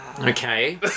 okay